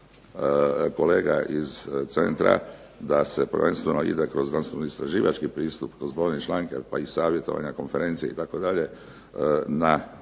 Hvala vam